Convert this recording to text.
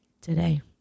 today